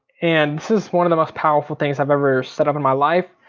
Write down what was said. and this is one of the most powerful things i've ever set up in my life.